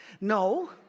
No